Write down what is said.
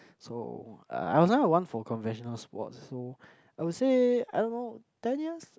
so uh I was never one for conversational sports so I would say I don't know ten years